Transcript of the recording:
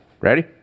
Ready